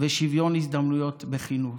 ושוויון הזדמנויות בחינוך,